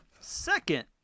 second